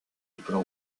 plan